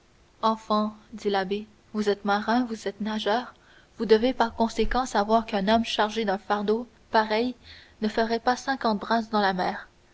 enfant dit l'abbé vous êtes marin vous êtes nageur vous devez par conséquent savoir qu'un homme chargé d'un fardeau pareil ne ferait pas cinquante brasses dans la mer